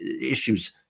issues